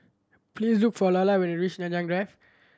please look for when you reach Nanyang Drive